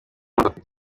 muto